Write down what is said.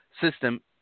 system